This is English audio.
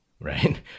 right